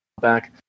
back